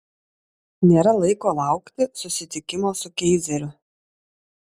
nėra laiko laukti susitikimo su keizeriu